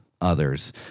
others